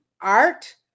art